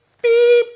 beep!